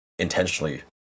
intentionally